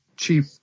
cheap